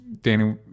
Danny